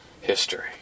history